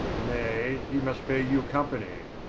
nay, he must beare you company.